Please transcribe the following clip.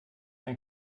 ein